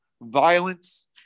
violence